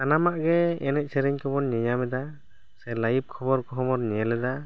ᱥᱟᱱᱟᱢᱟᱜ ᱜᱮ ᱮᱱᱮᱡ ᱥᱮᱨᱮᱧ ᱠᱚ ᱵᱚᱱ ᱧᱮᱞ ᱧᱟᱢ ᱮᱫᱟ ᱥᱮ ᱞᱟᱭᱤᱵ ᱠᱷᱚᱵᱚᱨ ᱠᱚ ᱵᱚᱱ ᱧᱮᱞᱮᱫᱟ